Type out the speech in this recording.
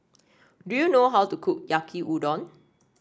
do you know how to cook Yaki Udon